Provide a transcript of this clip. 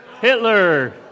Hitler